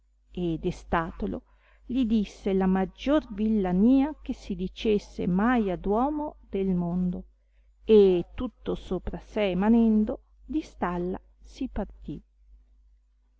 e destatolo li disse la maggior villania che si dicesse mai ad uomo del mondo e tutto sopra sé manendo di stalla si partì